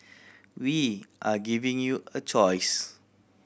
we are giving you a choice